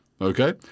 okay